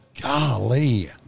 Golly